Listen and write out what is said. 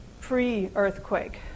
pre-earthquake